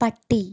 പട്ടി